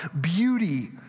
beauty